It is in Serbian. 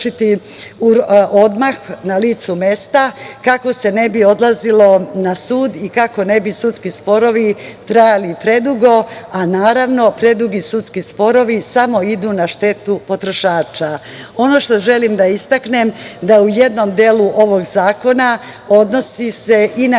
odmah na licu mesta kako se ne bi odlazilo na sud i kako ne bi sudski sporovi trajali predugo, a naravno predugi sudski sporovi samo idu na štetu potrošača. Ono što želim da istaknem, da u jednom delu ovog zakona odnosi se i na